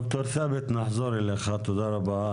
ד"ר ת'אבת, נחזור אליך, תודה רבה.